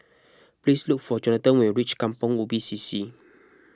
please look for Johnathan when you reach Kampong Ubi C C